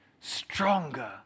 Stronger